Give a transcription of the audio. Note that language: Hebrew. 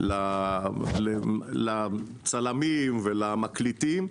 לצלמים ולמקליטים,